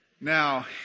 Now